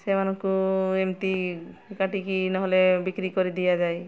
ସେମାନଙ୍କୁ ଏମିତି କାଟିକି ନହେଲେ ବିକ୍ରି କରିଦିଆଯାଏ